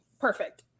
perfect